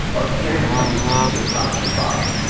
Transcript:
our parents have to teach us how to survive.